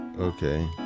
Okay